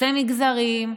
חוצה מגזרים,